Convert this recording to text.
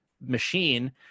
machine